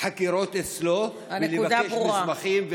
חקירות אצלו ולבקש מסמכים,